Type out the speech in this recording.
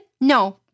No